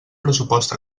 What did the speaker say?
pressupost